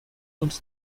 uns